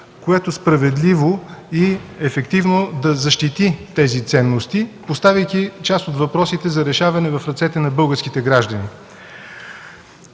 което справедливо и ефективно да защити тези ценности, поставяйки част от въпросите за решаване в ръцете на българските граждани.